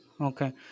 Okay